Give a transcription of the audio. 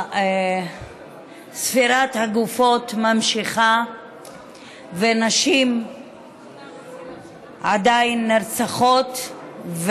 ספירת הגופות נמשכת ונשים עדיין נרצחות.